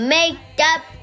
Makeup